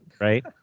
right